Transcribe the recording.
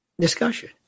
discussion